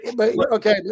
Okay